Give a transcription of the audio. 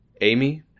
Amy